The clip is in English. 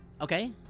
Okay